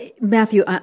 Matthew